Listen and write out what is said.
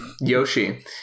Yoshi